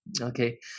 Okay